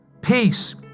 Peace